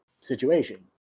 situation